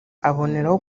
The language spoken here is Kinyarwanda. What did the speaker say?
aboneraho